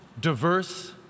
diverse